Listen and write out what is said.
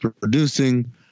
producing